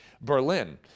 Berlin